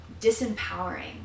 disempowering